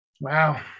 wow